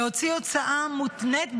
להוציא הוצאה מותנית בהכנסה,